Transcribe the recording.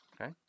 okay